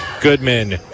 Goodman